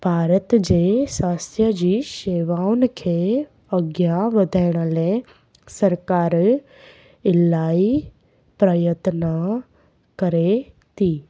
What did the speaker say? भारत जे स्वास्थ्य जी शेवाउनि खे अॻियां वधाइणु लाइ सरकारु इलाही प्रयत्न करे थी